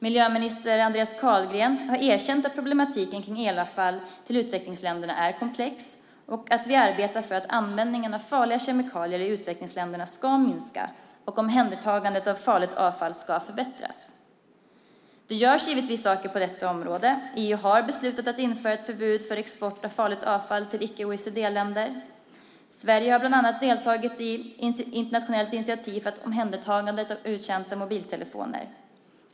Miljöminister Andreas Carlgren har erkänt att problematiken kring elavfall som går till utvecklingsländerna är komplex och sagt att vi arbetar på att minska användningen av farliga kemikalier i utvecklingsländerna och på att förbättra omhändertagandet av farligt avfall. Det görs givetvis saker på detta område. EU har beslutat att införa ett förbud mot export av farligt avfall till icke-OECD-länder. Sverige har bland annat deltagit i ett internationellt initiativ för omhändertagandet av uttjänta mobiltelefoner.